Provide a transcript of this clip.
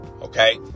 Okay